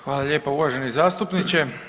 Hvala lijepa uvaženi zastupniče.